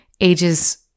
ages